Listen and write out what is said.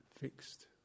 fixed